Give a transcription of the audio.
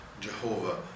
Jehovah